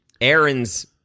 Aaron's